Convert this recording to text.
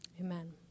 Amen